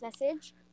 message